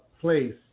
place